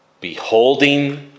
beholding